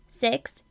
Six